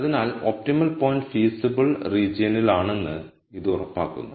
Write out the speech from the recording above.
അതിനാൽ optimal point feasible റീജിയനിലാണെന്ന് ഇത് ഉറപ്പാക്കുന്നു